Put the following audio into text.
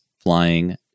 Flying